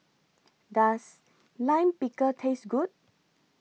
Does Lime Pickle Taste Good